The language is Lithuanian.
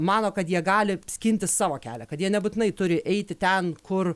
mano kad jie gali skintis savo kelią kad jie nebūtinai turi eiti ten kur